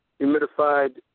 humidified